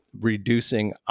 reducing